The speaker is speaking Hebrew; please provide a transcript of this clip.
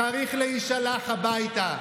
צריך להישלח הביתה.